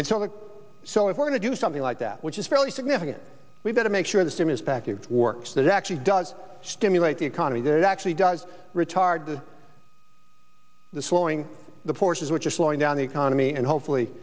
and so if we're going to do something like that which is fairly significant we've got to make sure the stimulus package works that actually does stimulate the economy that actually does retard to the slowing the forces which are slowing down the economy and hopefully